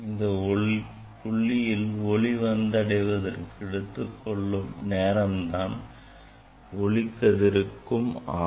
இந்த புள்ளியில் ஒளி வந்தடைவதற்கு எடுத்துக்கொள்ளும் நேரம் தான் இந்த ஒளிக் கதிருக்கும் ஆகும்